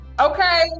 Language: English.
Okay